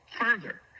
further